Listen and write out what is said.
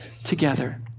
together